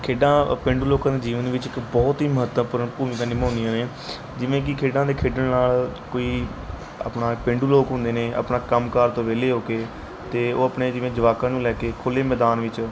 ਖੇਡਾਂ ਪੇਂਡੂ ਲੋਕਾਂ ਨੂੰ ਜੀਵਨ ਵਿੱਚ ਇੱਕ ਬਹੁਤ ਹੀ ਮਹੱਤਵਪੂਰਨ ਭੂਮਿਕਾ ਨਿਭਾਉਂਦੀਆਂ ਨੇ ਜਿਵੇਂ ਕਿ ਖੇਡਾਂ ਦੇ ਖੇਡਣ ਨਾਲ ਕੋਈ ਆਪਣਾ ਪੇਂਡੂ ਲੋਕ ਹੁੰਦੇ ਨੇ ਆਪਣਾ ਕੰਮ ਕਾਰ ਤੋਂ ਵਿਹਲੇ ਹੋ ਕੇ ਅਤੇ ਉਹ ਆਪਣੇ ਜਿਵੇਂ ਜਵਾਕਾਂ ਨੂੰ ਲੈ ਕੇ ਖੁੱਲ੍ਹੇ ਮੈਦਾਨ ਵਿੱਚ